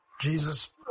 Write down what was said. Jesus